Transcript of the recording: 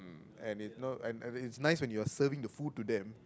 and it's no and it's nice when you're serving the food to them